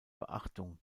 beachtung